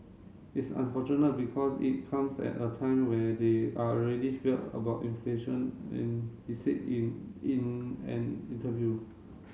it's unfortunate because it comes at a time where they are already fear about inflation and he said in in an interview